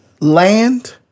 Land